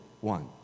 one